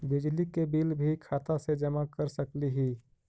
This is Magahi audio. बिजली के बिल भी खाता से जमा कर सकली ही?